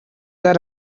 that